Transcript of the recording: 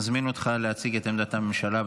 אני מזמין אותך להציג את עמדת הממשלה,